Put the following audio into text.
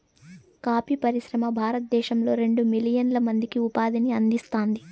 coffee పరిశ్రమ భారతదేశంలో రెండు మిలియన్ల మందికి ఉపాధిని అందిస్తాంది